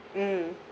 mm